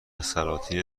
سلاطین